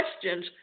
questions